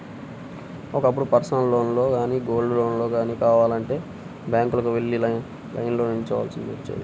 ఒకప్పుడు పర్సనల్ లోన్లు గానీ, గోల్డ్ లోన్లు గానీ కావాలంటే బ్యాంకులకు వెళ్లి లైన్లో నిల్చోవాల్సి వచ్చేది